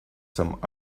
some